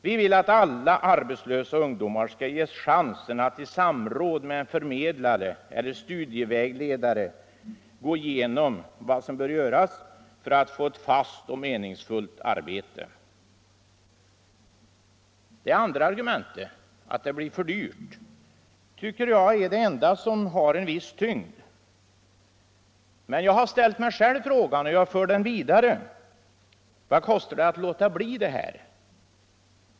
Vi vill att alla arbetslösa ungdomar skall ges chansen att i samråd med en förmedlare eller studievägledare gå igenom vad som bör göras för att få ett fast och meningsfullt arbete. Det andra argumentet, att det blir för dyrt, tycker jag är det enda som har en viss tyngd, men jag har ställt mig själv frågan och jag för den vidare: Vad kostar det att låta bli?